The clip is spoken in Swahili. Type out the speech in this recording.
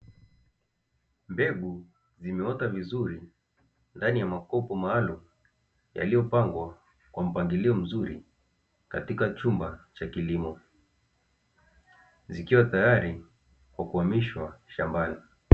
Mbegu zimeota vizuri ndani ya makopo maalumu yaliyopangwa kwa mpangilio mzuri katika chumba cha kilimo, zikiwa tayari kwa kuhamishwa shambani.